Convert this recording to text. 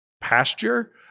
pasture